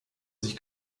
sich